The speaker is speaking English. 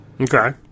Okay